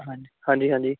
ਹਾਂਜੀ ਹਾਂਜੀ ਹਾਂਜੀ